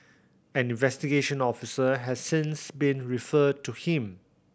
an investigation officer has since been referred to him